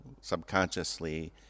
subconsciously